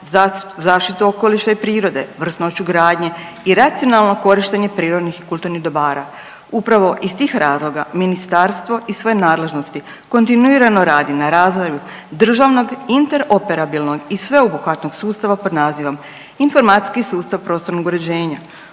zaštitu okoliša i prirode, vrsnoću gradnje i racionalno korištenje prirodnih i kulturnih dobara. Upravo iz tih razloga ministarstvo iz svoje nadležnosti kontinuirano radi na razvoju državnog, inter operabilnog i sveobuhvatnog sustava pod nazivom informacijski sustav prostornog uređenja.